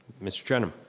mr. trenum.